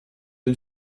den